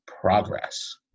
progress